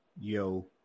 Yo